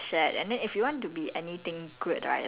uh it's not a good place to be eh